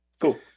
Cool